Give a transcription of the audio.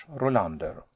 Rolander